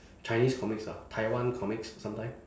chinese comics ah taiwan comics sometime